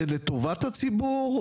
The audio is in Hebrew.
זה לטובת הציבור?